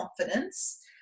confidence